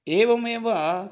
एवमेव